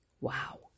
Wow